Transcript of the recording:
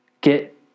Get